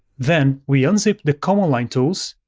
then we unzip the command line tools